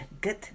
good